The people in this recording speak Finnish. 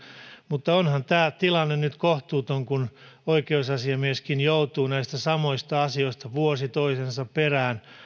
mutta onhan tämä tilanne nyt kohtuuton kun oikeusasiamieskin joutuu näistä samoista asioista vuosi toisensa perään